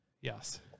yes